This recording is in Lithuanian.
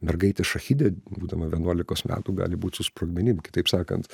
mergaitė šachidė būdama vienuolikos metų gali būt su sprogmenim kitaip sakant